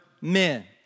men